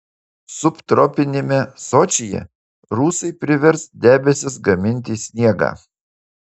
subtropiniame sočyje rusai privers debesis gaminti sniegą